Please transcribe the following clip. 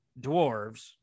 dwarves